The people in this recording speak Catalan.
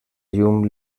llum